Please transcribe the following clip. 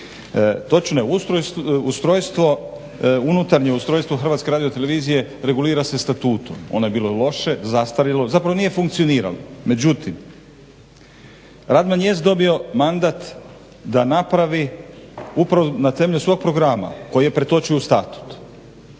Točno je ustrojstvo unutarnje ustrojstvo HRT-a regulira se statutom. Ono je bilo loše, zastarjelo, zapravo nije funkcioniralo. Međutim Radman jest dobio mandat da napravi upravno na temelju svog programa koji je pretočio u statut